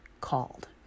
called